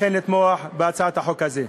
אכן לתמוך בהצעת החוק הזאת,